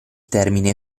termine